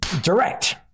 direct